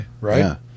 right